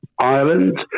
Ireland